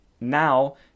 Now